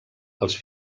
els